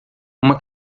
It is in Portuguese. uma